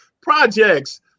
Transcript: projects